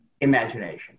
imagination